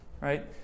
right